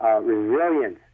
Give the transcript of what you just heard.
resilience